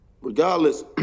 regardless